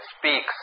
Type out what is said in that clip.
speaks